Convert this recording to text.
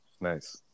Nice